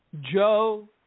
Joe